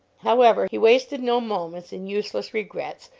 however, he wasted no moments in useless regrets,